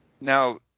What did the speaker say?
Now